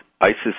ISIS